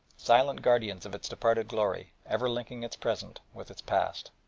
silent guardians of its departed glory, ever linking its present with its past.